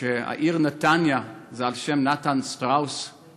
שהעיר נתניה היא על שם נתן שטראוס,